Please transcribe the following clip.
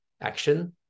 action